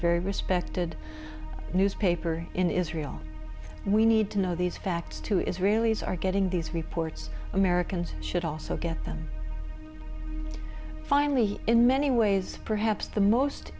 very respected newspaper in israel and we need to know these facts to israelis are getting these reports americans should also get them finally in many ways perhaps the most